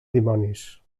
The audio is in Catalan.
dimonis